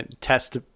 test